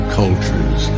cultures